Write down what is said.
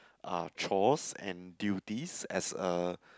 uh chores and duties as a